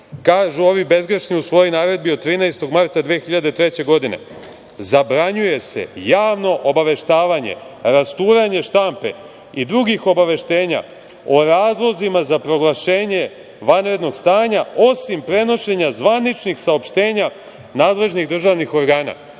Kažu ovi bezgrešni u svojoj naredbi od 13. marta 2003. godine – zabranjuje se javno obaveštavanje, rasturanje štampe i drugih obaveštenja o razlozima za proglašenje vanrednog stanja, osim prenošenja zvaničnih saopštenja nadležnih državnih organa. Znači